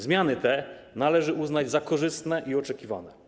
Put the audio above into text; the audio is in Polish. Zmiany te należy uznać za korzystne i oczekiwane.